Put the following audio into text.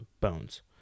bones